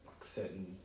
certain